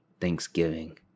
Thanksgiving